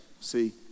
see